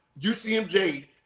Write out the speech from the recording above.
UCMJ